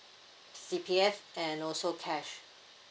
C_P_F and also cash